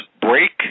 break